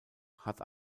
hat